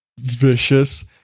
vicious